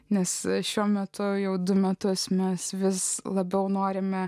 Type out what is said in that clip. nes šiuo metu jau du metus mes vis labiau norime